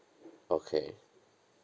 okay